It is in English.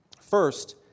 First